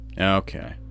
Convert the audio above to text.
Okay